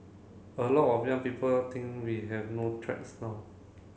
a lot of young people think we have no threats now